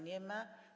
Nie ma.